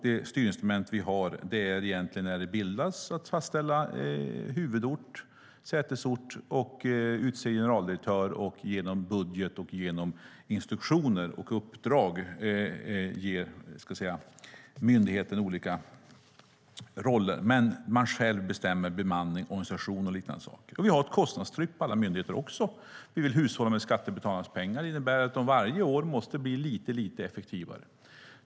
Det styrinstrument som vi har är egentligen, när myndigheten bildas, att fastställa huvudort, sätesort, att utse generaldirektör och genom budget, instruktioner och uppdrag ge myndigheten olika roller. Men själv bestämmer myndigheten bemanning, organisation och liknande saker. Vi har också ett kostnadstryck på alla myndigheter. Vi vill hushålla med skattebetalarnas pengar. Det innebär att de varje år måste bli lite effektivare.